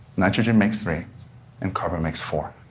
nitrogen makes three and carbon makes four.